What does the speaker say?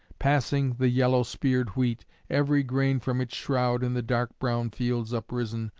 passing the yellow-spear'd wheat, every grain from its shroud in the dark-brown fields uprisen,